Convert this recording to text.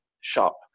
shop